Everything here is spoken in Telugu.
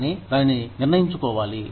కానీ దానిని నిర్ణయించుకోవాలి